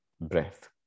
breath